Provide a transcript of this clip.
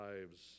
lives